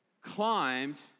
climbed